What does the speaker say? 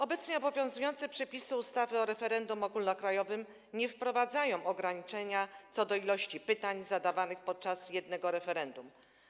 Obecnie obowiązujące przepisy ustawy o referendum ogólnokrajowym nie wprowadzają ograniczenia co do ilości pytań zadawanych podczas jednego referendum.